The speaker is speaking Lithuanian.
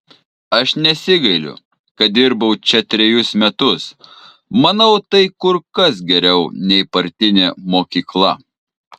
aš nesigailiu kad dirbau čia trejus metus manau tai kur kas geriau nei partinė mokykla